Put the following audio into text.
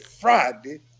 Friday